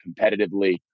competitively